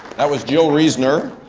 that was jill reasoner.